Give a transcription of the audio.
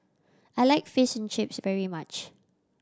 I like Fish and Chips very much